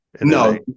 No